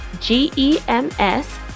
G-E-M-S